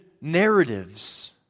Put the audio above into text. narratives